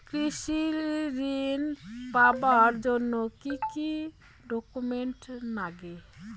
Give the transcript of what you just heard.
কৃষি ঋণ পাবার জন্যে কি কি ডকুমেন্ট নাগে?